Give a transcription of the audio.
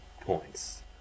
points